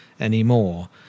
anymore